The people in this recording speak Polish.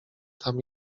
tam